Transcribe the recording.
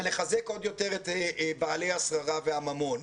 ולחזק עוד יותר את בעלי השררה והממון.